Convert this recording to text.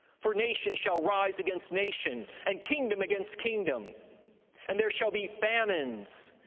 for nation shall rise against nation, and kingdom against kingdom and there shall be famines,